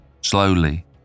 Slowly